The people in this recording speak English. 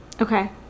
Okay